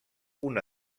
una